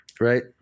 right